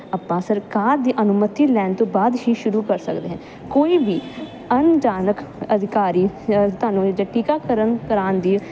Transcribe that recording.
ਆਪਾਂ ਸਰਕਾਰ ਦੀ ਅਨੁਮਤੀ ਲੈਣ ਤੋਂ ਬਾਅਦ ਹੀ ਸ਼ੁਰੂ ਕਰ ਸਕਦੇ ਹਨ ਕੋਈ ਵੀ ਅਨਜਾਨਕ ਅਧਿਕਾਰੀ ਤੁਹਾਨੂੰ ਜੇ ਟੀਕਾ ਕਰਨ ਕਰਾਉਣ ਦੀ